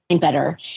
better